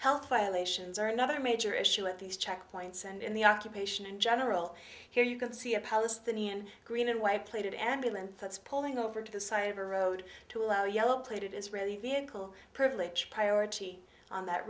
health violations are another major issue at these checkpoints and in the occupation in general here you can see a palestinian green and white plated ambulance that's pulling over to the side of a road to allow yellow plated israeli vehicle privilege priority on that